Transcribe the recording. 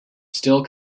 still